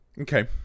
okay